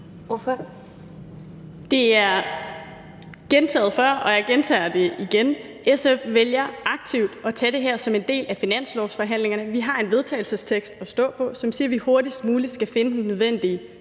(SF): Det er gentaget før, og jeg gentager det igen: SF vælger aktivt at tage det her som en del af finanslovsforhandlingerne. Vi har et forslag til vedtagelse, som siger, at vi hurtigst muligt skal finde den nødvendige